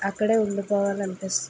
అక్కడే ఉండిపోవాలనిపిస్తుంది